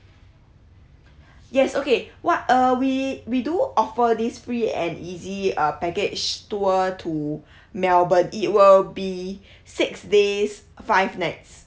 yes okay what uh we we do offer this free and easy uh package tour to melbourne it will be six days five nights